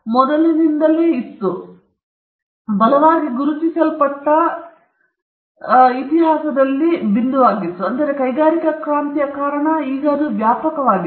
ಆದುದರಿಂದ ಅದು ಬಲ ಗುರುತಿಸಲ್ಪಟ್ಟ ಇತಿಹಾಸದಲ್ಲಿ ಒಂದು ಬಿಂದುವಾಗಿತ್ತು ಮತ್ತು ಕೈಗಾರಿಕಾ ಕ್ರಾಂತಿಯ ಕಾರಣ ಅದು ವ್ಯಾಪಕವಾಗಿದೆ